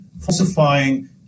falsifying